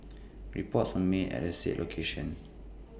reports were made at the said location